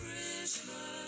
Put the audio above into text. Christmas